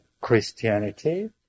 Christianity